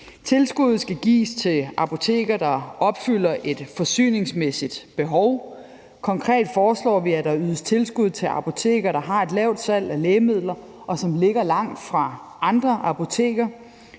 Tilskuddet skal gives til apoteker, der opfylder et forsyningsmæssigt behov. Konkret foreslår vi, at der ydes tilskud til apoteker, der har et lavt salg af lægemidler, og som ligger langt fra andre apoteker.